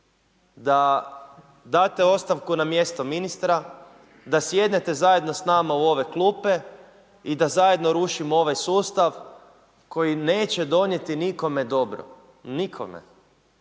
da date ostavku na mjesto ministra, da sjednete zajedno s nama u ove klupe i da zajedno rušimo ovaj sustav koji neće donijeti nikome dobro, nikome.